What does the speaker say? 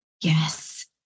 Yes